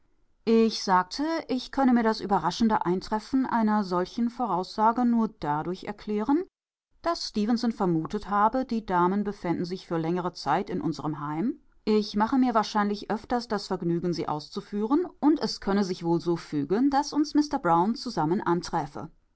ich sagte ich könne mir das überraschende eintreffen einer solchen voraussage nur dadurch erklären daß stefenson vermutet habe die damen befänden sich für längere zeit in unserem heim ich mache mir wahrscheinlich öfters das vergnügen sie auszuführen und es könne sich wohl so fügen daß uns mister